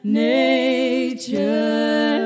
nature